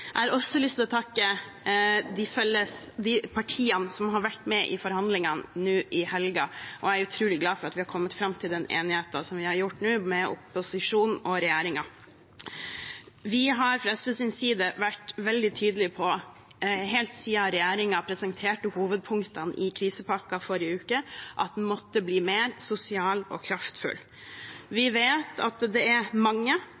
forhandlingene nå i helgen. Jeg er utrolig glad for at vi, opposisjonen og regjeringen, har kommet fram til den enigheten vi har oppnådd nå. Vi har fra SVs side vært veldig tydelige på, helt siden regjeringen presenterte hovedpunktene i krisepakken i forrige uke, at den måtte bli mer sosial og kraftfull. Vi vet at det er mange,